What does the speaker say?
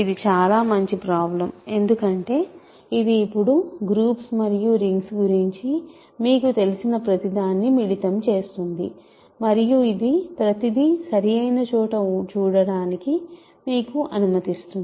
ఇది చాలా మంచి ప్రాబ్లం ఎందుకంటే ఇది ఇప్పుడు గ్రూప్స్ మరియు రింగ్స్ గురించి మీకు తెలిసిన ప్రతిదాన్ని మిళితం చేస్తుంది మరియు ఇది ప్రతిదీ సరైన చోట చూడటానికి మీకు అనుమతిస్తుంది